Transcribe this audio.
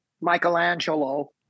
Michelangelo